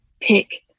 pick